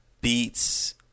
Beats